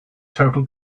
total